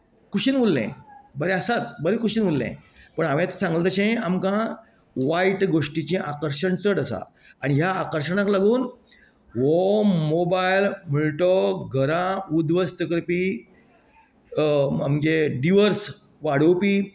कुशीन उरलें बरें आसाच बरें कुशीन उरले पूण हांवें सांगले तशें आमकां वायट गोश्टीचे आकर्शण चड आसा आनी ह्या आकर्शणाक लागून हो मोबायल म्हळटो तो घरां उद्वस्त करपी म्हणजे डिवॉर्स वाडोवपी